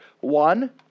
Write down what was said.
One